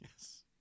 Yes